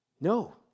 No